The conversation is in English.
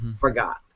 forgot